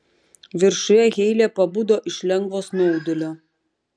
viršuje heile pabudo iš lengvo snaudulio